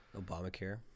Obamacare